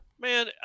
Man